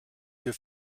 für